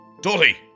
Dotty